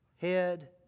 head